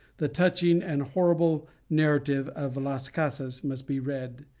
the touching and horrible narrative of las casas must be read,